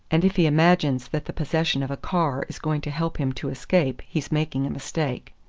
and if he imagines that the possession of a car is going to help him to escape he's making a mistake.